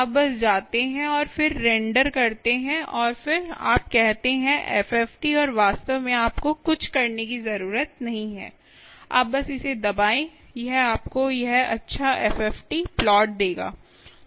आप बस जाते हैं और फिर रेंडर करते हैं और फिर आप कहते हैं एफएफटी और वास्तव में आपको कुछ करने की जरूरत नहीं है आप बस इसे दबाएं यह आपको यह अच्छा एफएफटी प्लॉट देगा